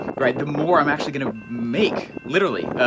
right, the more i'm actually gonna make, literally.